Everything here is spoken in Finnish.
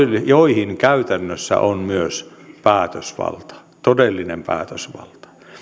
joihin käytännössä on myös päätösvalta todellinen päätösvalta